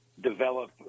develop